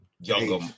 younger